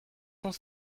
sont